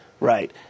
Right